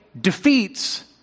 defeats